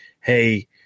hey